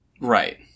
Right